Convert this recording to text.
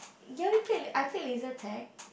ya we played I played laser tag